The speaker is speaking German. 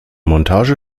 montage